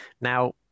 now